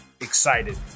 excited